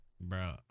Bro